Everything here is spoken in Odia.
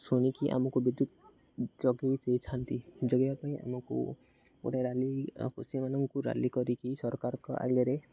ଶୁଣିକି ଆମକୁ ବିଦ୍ୟୁତ୍ ଯୋଗାଇ ଦେଇଥାନ୍ତି ଯୋଗାଇବା ପାଇଁ ଆମକୁ ଗୋଟେ ରାଲି କୃଷିମାନଙ୍କୁ ରାଲି କରିକି ସରକାରଙ୍କ ଆଗରେ